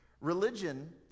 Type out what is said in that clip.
Religion